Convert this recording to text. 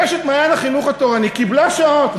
רשת "מעיין החינוך התורני" קיבלה שעות.